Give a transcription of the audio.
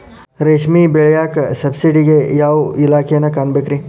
ರೇಷ್ಮಿ ಬೆಳಿಯಾಕ ಸಬ್ಸಿಡಿಗೆ ಯಾವ ಇಲಾಖೆನ ಕಾಣಬೇಕ್ರೇ?